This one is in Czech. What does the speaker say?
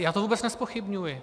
Já to vůbec nezpochybňuji.